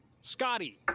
Scotty